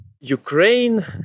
Ukraine